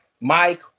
Mike